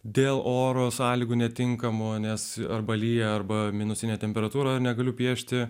dėl oro sąlygų netinkamo nes arba lyja arba minusinę temperatūrą negaliu piešti